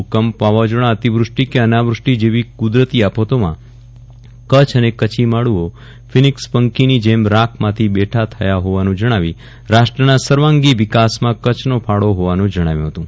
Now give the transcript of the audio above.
ભૂકંપ વાવાઝોડા અતિવૃષ્ટિ કે અનાવૃષ્ટિ જેવી કુદરતી આફતોમાં કચ્છ અને કચ્છીમાડુઓ ફિનિક્સ પંખીની જેમ રાખમાંથી બેઠાં થયાં હોવાનું જણાવી રાષ્ટ્રના સર્વાંગી વિકાસમાં કચ્છનો ફાળો હોવાનું જણાવ્યું હતું